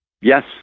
yes